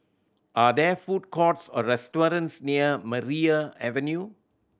are there food courts or restaurants near Maria Avenue